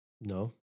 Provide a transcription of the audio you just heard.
No